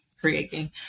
creating